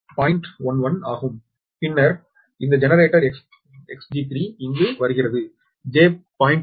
11 ஆகும் பின்னர் இந்த ஜெனரேட்டர் Xg3 இங்கு வருகிறது j0